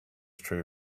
true